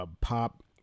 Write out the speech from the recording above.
pop